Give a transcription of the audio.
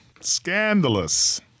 Scandalous